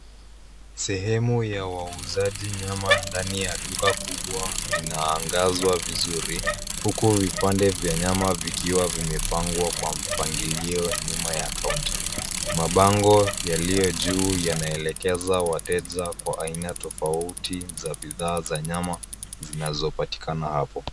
Sehemu ya wauzaji nyama ndani ya duka kubwa inaangazwa vizuri huku vipande vya nyama vikiwa vimepangwa kwa mpangilio nyuma ya kaunta. Mabango yaliyojuu yanaelekeza wateja kwa aina tofauti za bidhaa za nyama zinazopatikana hapo.